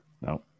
No